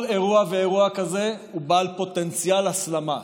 כל אירוע ואירוע כזה הוא בעל פוטנציאל הסלמה.